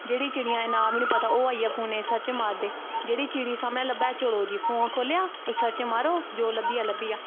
जेह्ड़ियें चिड़ियें दा नां बी नेंई पता ओह् चिड़ियें गी सर्च मारदे जेहड़ी चिड़ी सामनैं लब्भै चलो जी फोन कड्ढो सर्च मारो जो लब्भियां लब्भिया